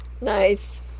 Nice